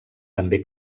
també